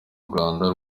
rwanda